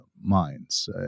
minds